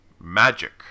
Magic